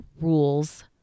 rules